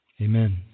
Amen